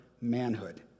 manhood